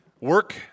work